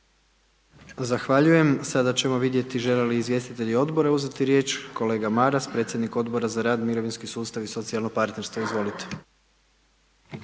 Zahvaljujem, sada ćemo vidjeti žele li izvjestitelji odbora uzeti riječ, kolega Maras predsjednik Odbora za rad, mirovinski sustav i socijalno partnerstvo, izvolite.